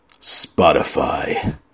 Spotify